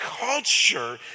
culture